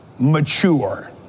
Mature